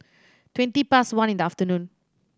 twenty past one in the afternoon